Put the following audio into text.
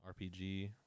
RPG